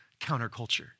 counterculture